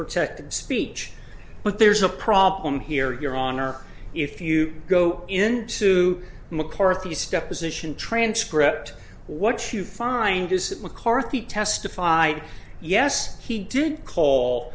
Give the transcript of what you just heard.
protected speech but there's a problem here your honor if you go into mccarthy step position transcript what you find is that mccarthy testify yes he did call